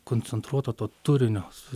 koncentruoto to turinio su